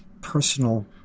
personal